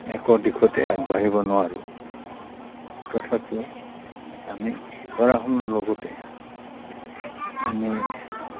একো দিশতে আগবাঢ়িব নোৱাৰোঁ তথাপিও আমি পঢ়া শুনাৰ লগতে আমি